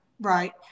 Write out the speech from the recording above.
Right